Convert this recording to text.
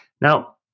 Now